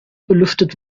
belüftet